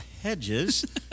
hedges